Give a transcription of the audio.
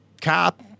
cop